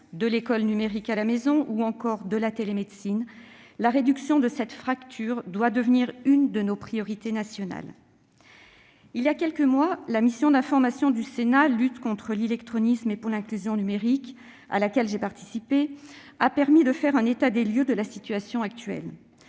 de l'école numérique à la maison ou encore de la télémédecine, la réduction de cette fracture doit devenir une de nos priorités nationales. Il y a quelques mois, la mission d'information du Sénat sur la lutte contre l'illectronisme et pour l'inclusion numérique, à laquelle j'ai participé, a permis de faire un état des lieux de la situation actuelle.